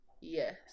Yes